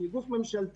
שהיא גוף ממשלתי,